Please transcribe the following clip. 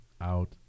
out